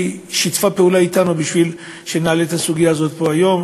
ששיתפה אתנו פעולה כדי שנעלה את הסוגיה הזאת היום,